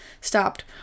stopped